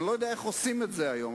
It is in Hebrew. אני מתאר לעצמי שהיו.